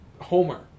Homer